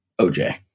OJ